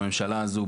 בממשלה הזו,